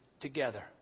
together